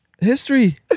history